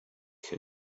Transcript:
her